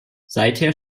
seither